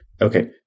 Okay